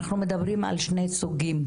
אנחנו מדברים על שני סוגים,